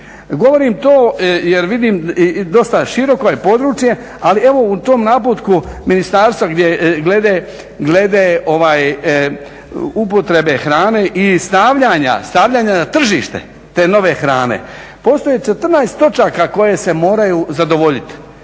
Govorim to jer vidim i dosta široko je područje, ali evo u tom naputku ministarstva glede upotrebe hrane i stavljanja na tržište te nove hrane. Postoje 14 točaka koje se moraju zadovoljiti.